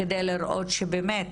כדי לראות שבאמת,